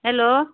hello